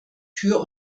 tür